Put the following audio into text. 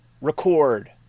record